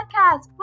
podcast